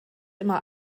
immer